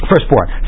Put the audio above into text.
Firstborn